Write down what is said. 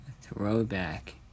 throwback